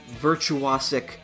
virtuosic